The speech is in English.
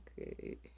Okay